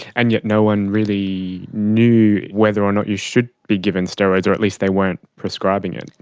and yet no one really knew whether or not you should be given steroids, or at least they weren't prescribing it.